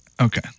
Okay